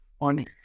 on